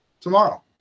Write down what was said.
tomorrow